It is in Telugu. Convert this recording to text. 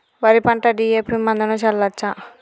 వరి పంట డి.ఎ.పి మందును చల్లచ్చా?